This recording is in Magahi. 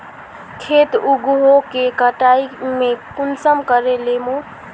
खेत उगोहो के कटाई में कुंसम करे लेमु?